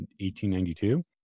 1892